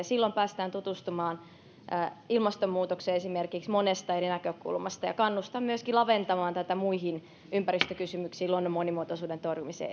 silloin päästään tutustumaan esimerkiksi ilmastonmuutokseen monesta eri näkökulmasta ja kannustan myöskin laventamaan tätä muihin ympäristökysymyksiin esimerkiksi luonnon monimuotoisuuden köyhtymisen torjumiseen